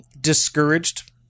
discouraged